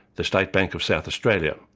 the state bank of south australia,